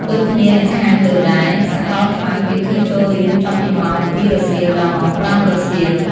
ដូចគ្នានិងខាងលើដែរ សកលខ្លះ គេឃើញចូលរៀនចាប់ពីម៉ោង ២ៈ០០ រសៀល ដល់ម៉ោង ៥ៈ០០ រសៀល ។